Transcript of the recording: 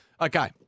Okay